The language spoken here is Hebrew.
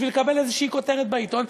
בשביל לקבל איזושהי כותרת בעיתון.